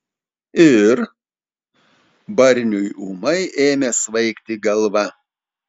ir barniui ūmai ėmė svaigti galva